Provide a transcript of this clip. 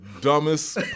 dumbest